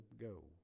go